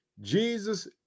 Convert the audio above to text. Jesus